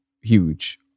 huge